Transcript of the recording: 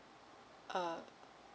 err